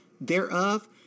thereof